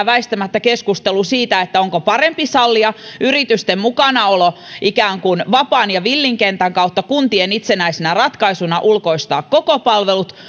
väistämättä viriää keskustelu siitä onko parempi sallia yritysten mukanaolo ikään kuin vapaan ja villin kentän kautta kuntien itsenäisenä ratkaisuna ulkoistaa koko palvelu